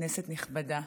כנסת נכבדה,